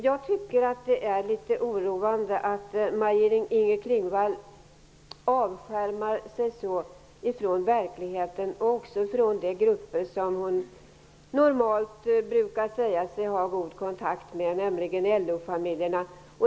Jag tycker att det är litet oroande att Maj-Inger Klingvall avskärmar sig så från verkligheten och även från de grupper som hon normalt brukar säga sig ha god kontakt med, nämligen LO-familjerna.